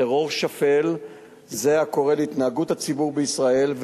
טרור שפל זה הקורא להתנהגות הציבור בישראל,